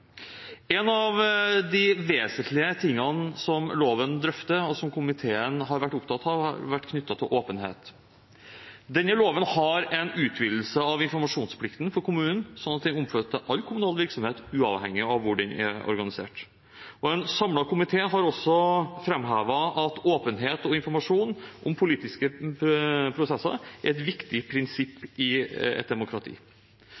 en ny lov. En av de vesentlige tingene som loven drøfter, og som komiteen har vært opptatt av, er knyttet til åpenhet. Denne loven har en utvidelse av informasjonsplikten for kommunene, slik at den omfatter all kommunal virksomhet, uavhengig av hvor den er organisert. En samlet komité har også framhevet at åpenhet og informasjon om politiske prosesser er et viktig